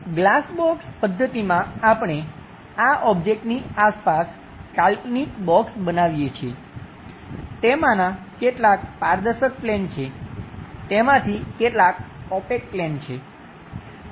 glass box પદ્ધતિમાં આપણે આ ઓબ્જેક્ટની આસપાસ કાલ્પનિક બોક્સ બનાવીએ છીએ તેમાંના કેટલાક પારદર્શક પ્લેન છે તેમાંથી કેટલાક ઓપેક પ્લેન છે